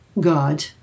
God